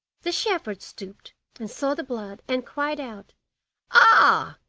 the shepherd stooped and saw the blood, and cried out ah!